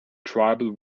tribal